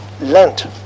Lent